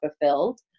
fulfilled